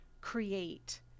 create